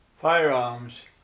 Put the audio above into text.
firearms